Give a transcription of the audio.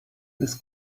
this